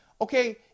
Okay